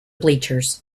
bleachers